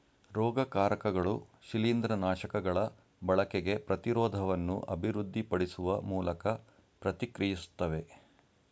ರೋಗಕಾರಕಗಳು ಶಿಲೀಂದ್ರನಾಶಕಗಳ ಬಳಕೆಗೆ ಪ್ರತಿರೋಧವನ್ನು ಅಭಿವೃದ್ಧಿಪಡಿಸುವ ಮೂಲಕ ಪ್ರತಿಕ್ರಿಯಿಸ್ತವೆ